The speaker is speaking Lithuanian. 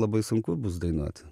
labai sunku bus dainuot